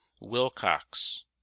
Wilcox